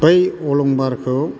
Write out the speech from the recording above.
बै अलंबारखौ